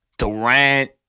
Durant